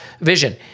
vision